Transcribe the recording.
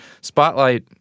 Spotlight